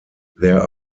there